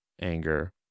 anger